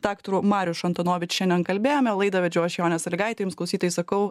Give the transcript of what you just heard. daktaru mariuš antonovič šiandien kalbėjome laidą vedžiau aš jonė salygaitė jums klausytojai sakau